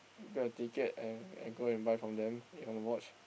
grab ticket and and go and buy from them if you want to watch